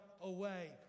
away